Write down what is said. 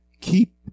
keep